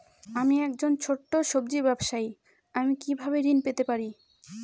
আমি একজন ছোট সব্জি ব্যবসায়ী আমি কিভাবে ঋণ পেতে পারি?